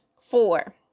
four